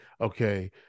okay